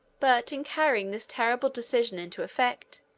but, in carrying this terrible decision into effect,